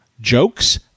Jokes